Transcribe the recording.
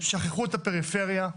שכחו את הפריפריה,